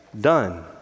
done